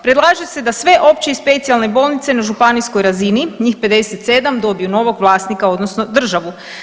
Predlaže se da sve opće i specijalne bolnice na županijskoj razini, njih 57 dobiju novog vlasnika, odnosno državu.